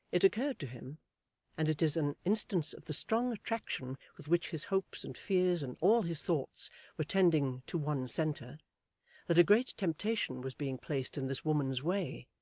it occurred to him and it is an instance of the strong attraction with which his hopes and fears and all his thoughts were tending to one centre that a great temptation was being placed in this woman's way.